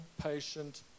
patient